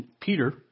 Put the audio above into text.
Peter